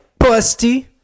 busty